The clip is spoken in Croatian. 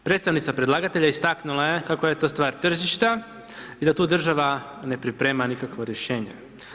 Predstavnica predlagatelja istaknula je kako je to stvar tržišta i da tu država ne priprema nikakvo rješenje.